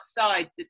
outside